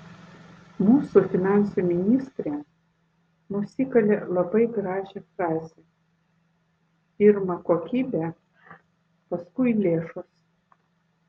mūsų finansų ministrė nusikalė labai gražią frazę pirma kokybė paskui lėšos